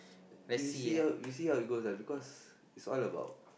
we see how we see how it goes lah because is all about